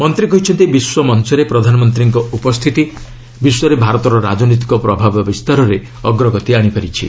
ମନ୍ତ୍ରୀ କହିଛନ୍ତି ବିଶ୍ୱମଞ୍ଚରେ ପ୍ରଧାନମନ୍ତ୍ରୀଙ୍କ ଉପସ୍ଥିତି ବିଶ୍ୱରେ ଭାରତର ରାଜନୈତିକ ପ୍ରଭାବ ବିସ୍ତାରରେ ଅଗ୍ରଗତି ଆଶିପାରିଛି